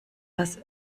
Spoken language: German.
das